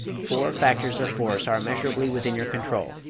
four factors of force are measurably within your control,